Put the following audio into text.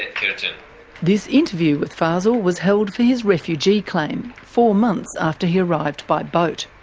ah this interview with fazel was held for his refugee claim, four months after he arrived by boat.